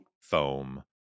foam